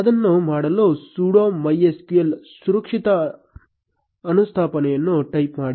ಅದನ್ನು ಮಾಡಲು sudo mysql ಸುರಕ್ಷಿತ ಅನುಸ್ಥಾಪನೆಯನ್ನು ಟೈಪ್ ಮಾಡಿ